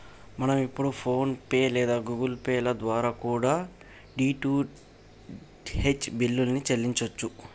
మనం ఇప్పుడు PhonePe లేదా గుగుల్ పే ల ద్వారా కూడా డీ.టీ.హెచ్ బిల్లుల్ని చెల్లించచ్చు